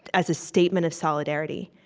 as a statement of solidarity.